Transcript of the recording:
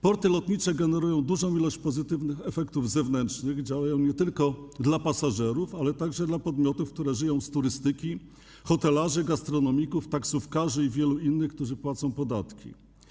Porty lotnicze generują dużą ilość pozytywnych efektów zewnętrznych, dlatego że działają nie tylko dla pasażerów, ale także dla podmiotów, które żyją z turystyki: hotelarzy, gastronomików, taksówkarzy i wielu innych, którzy płacą podatki.